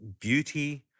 beauty